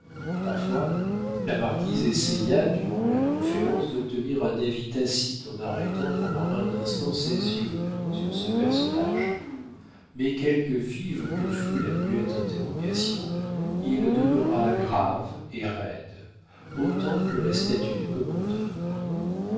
parfois la marquise essaya durant la conférence d'obtenir un avis tacite en arrêtant pendant un instant ses yeux sur ce personnage mais quelque vive que fût la muette interrogation il demeura grave et roide autant que la statue du commandeur